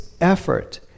effort